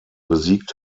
besiegt